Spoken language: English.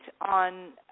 on